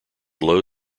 low